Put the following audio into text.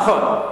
נכון.